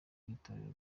bw’itorero